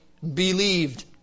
believed